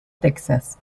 texas